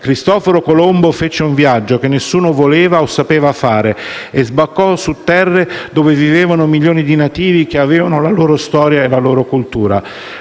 Cristoforo Colombo fece un viaggio che nessuno voleva o sapeva fare e sbarcò su terre dove vivevano milioni di nativi che avevano la loro storia e la loro cultura.